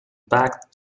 backed